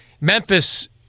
Memphis